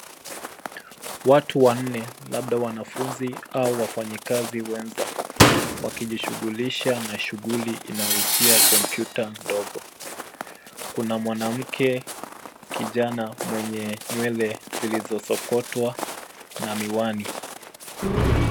Watu wanne labda wanafunzi au wafanyakazi wenza, wakijishughulisha na shughuli inahusia kompyuta ndogo. Kuna mwanamke kijana mwenye nywele zilizosokotwa na miwani.